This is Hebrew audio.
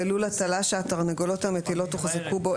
בלול הטלה שהתרנגולות המטילות הוחזקו בו,